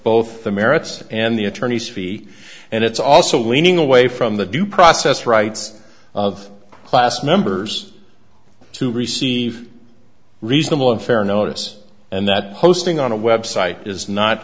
both the merits and the attorney's fee and it's also leaning away from the due process rights of class members to receive reasonable and fair notice and that posting on a website is not